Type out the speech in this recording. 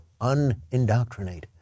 unindoctrinate